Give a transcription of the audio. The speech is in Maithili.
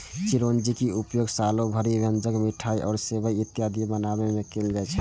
चिरौंजीक उपयोग सालो भरि व्यंजन, मिठाइ आ सेवइ इत्यादि बनाबै मे कैल जाइ छै